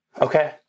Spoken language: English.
Okay